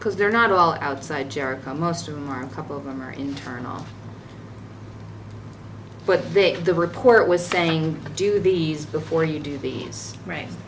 because they're not all outside jericho most of them are a couple of them are internal but big the report was saying do these before you do these right